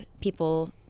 people